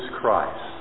Christ